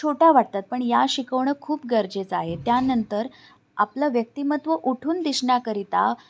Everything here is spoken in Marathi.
छोट्या वाटतात पण या शिकवणं खूप गरजेचं आहे त्यानंतर आपलं व्यक्तिमत्त्व उठून दिसण्याकरिता